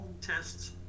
tests